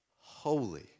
holy